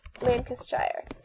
Lancashire